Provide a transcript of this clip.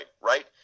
right